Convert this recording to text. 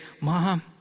Mom